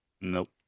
Nope